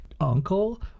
uncle